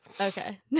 Okay